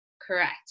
Correct